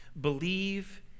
Believe